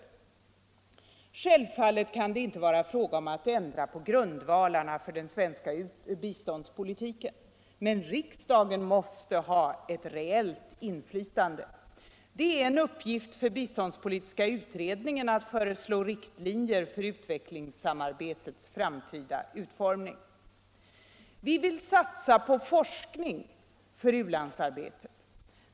Självfallet kan det inte vara fråga om att ändra på grundvalarna för den svenska biståndspolitiken. Men riksdagen måste ha ett reellt inflytande. Det är en uppgift för biståndspolitiska utredningen att föreslå riktlinjer för utvecklingssamarbetets framtida utformning. Vi vill satsa på forskning för u-landsarbetet.